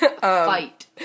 Fight